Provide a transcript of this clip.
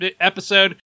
episode